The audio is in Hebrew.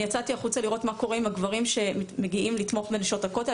יצאתי החוצה לראות מה קורה עם הגברים שמגיעים לתמוך בנשות הכותל,